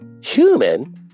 Human